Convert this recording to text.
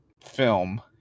film